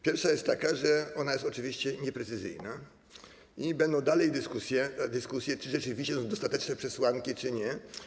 Pierwsze jest takie, że ona jest oczywiście nieprecyzyjna i będą dalej dyskusje, czy rzeczywiście są dostateczne przesłanki, czy nie.